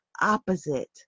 opposite